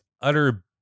utter